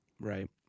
right